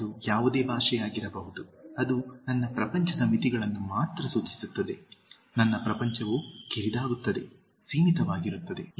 ಅದು ಯಾವುದೇ ಭಾಷೆಯಾಗಿರಬಹುದು ಅದು ನನ್ನ ಪ್ರಪಂಚದ ಮಿತಿಗಳನ್ನು ಮಾತ್ರ ಸೂಚಿಸುತ್ತದೆ ನನ್ನ ಪ್ರಪಂಚವು ಕಿರಿದಾಗುತ್ತದೆ ಸೀಮಿತವಾಗಿರುತ್ತದೆ